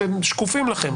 שקופים לכם,